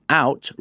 out